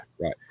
Right